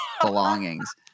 belongings